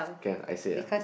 can I say ah